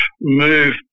move